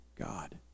God